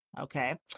okay